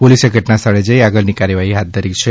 પોલીસે ઘટના સ્થળે જઈ આગળ ની કાર્યવાહી હાથ ધરી છે